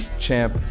champ